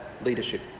leadership